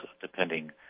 depending